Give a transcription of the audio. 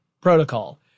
protocol